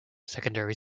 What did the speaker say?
secondary